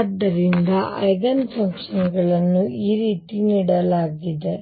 ಆದ್ದರಿಂದ ಐಗನ್ಫಂಕ್ಷನ್ ಗಳನ್ನು ಈ ರೀತಿ ನೀಡಲಾಗಿದೆ